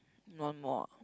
one more ah